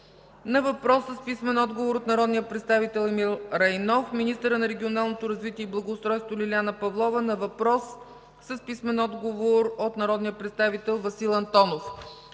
на въпрос с писмен отговор от народния представител Емил Райнов; - министърът на регионалното развитие и благоустройството Лиляна Павлова на въпрос с писмен отговор от народния представител Васил Антонов.